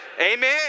Amen